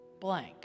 blank